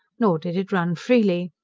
nor did it run freely.